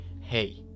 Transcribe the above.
hey